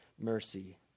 mercy